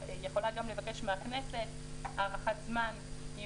והיא יכולה גם לבקש מהכנסת הארכת זמן אם